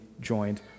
joined